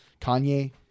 Kanye